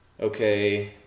Okay